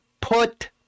put